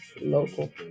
Local